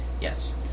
Yes